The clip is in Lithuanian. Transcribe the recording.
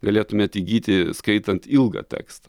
galėtumėt įgyti skaitant ilgą tekstą